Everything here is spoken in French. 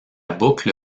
boucle